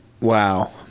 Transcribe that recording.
Wow